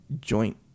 joint